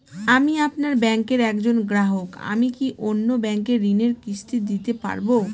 আমি আপনার ব্যাঙ্কের একজন গ্রাহক আমি কি অন্য ব্যাঙ্কে ঋণের কিস্তি দিতে পারবো?